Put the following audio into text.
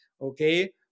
okay